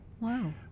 Wow